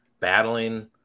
Battling